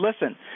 listen